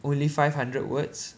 only five hundred words